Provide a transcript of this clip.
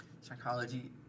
Psychology